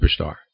superstar